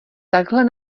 takhle